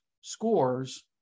scores